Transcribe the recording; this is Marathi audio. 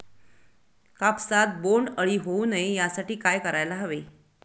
कापसात बोंडअळी होऊ नये यासाठी काय करायला हवे?